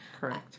Correct